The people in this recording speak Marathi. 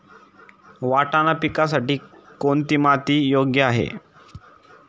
वाटाणा पिकासाठी कोणती माती योग्य आहे?